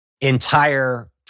entire